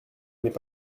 n’est